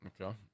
Okay